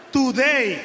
today